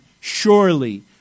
surely